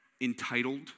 entitled